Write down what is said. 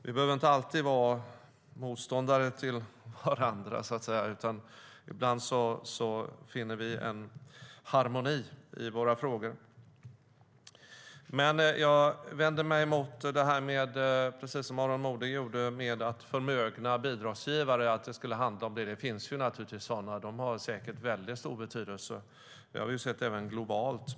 Vi behöver inte alltid vara motståndare till varandra, så att säga, utan ibland finner vi en harmoni i våra frågor. Precis som Aron Modig vänder jag mig mot att det skulle handla om förmögna bidragsgivare. Det finns naturligtvis sådana. De har säkert en väldigt stor betydelse. Det har vi sett även globalt.